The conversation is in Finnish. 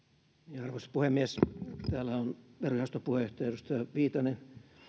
arvoisa puhemies täällä ovat verojaoston puheenjohtaja edustaja viitanen